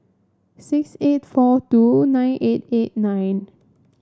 six eight four two nine eight eight nine